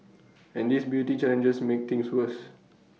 and these beauty challenges make things worse